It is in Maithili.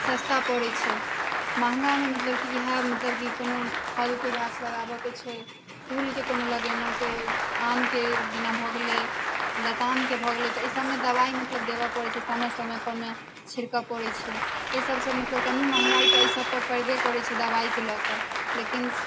सस्ता पड़ैत छै महँगामे मतलब कि इएह मतलब कि कोनो फलके गाछ लगाबैके छै फूलके कोनो लागेलहुँ तऽ ओ आमके जेना भऽ गेलै लतामके भऽ गेलै तऽ एहि सबमे दवाइ मतलब देबै पड़ैत छै समय समय परमे छिड़कै पड़ैत छै एहि सबसँ मतलब कनी महँगा तऽ एहि सब पर पड़बे करैत छै दवाइके लए कऽ लेकिन